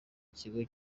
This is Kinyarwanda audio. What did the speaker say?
ikigo